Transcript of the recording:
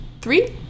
three